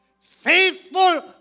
Faithful